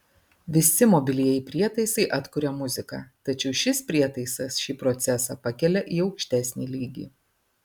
visi mobilieji prietaisai atkuria muziką tačiau šis prietaisas šį procesą pakelia į aukštesnį lygį